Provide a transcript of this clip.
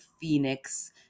phoenix